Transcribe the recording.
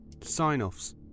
Sign-offs